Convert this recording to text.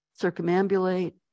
circumambulate